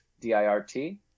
D-I-R-T